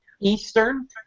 Eastern